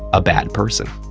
a bad person.